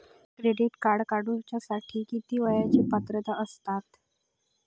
Debit card काढूसाठी किती वयाची पात्रता असतात?